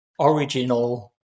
original